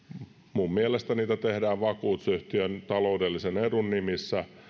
minun mielestäni niitä tehdään vakuutusyhtiön taloudellisen edun nimissä